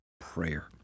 prayer